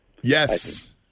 Yes